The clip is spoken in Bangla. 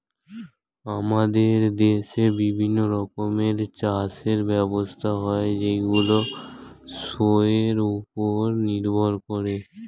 আমাদের দেশে বিভিন্ন রকমের চাষের ব্যবস্থা হয় যেইগুলো শোয়ের উপর নির্ভর করে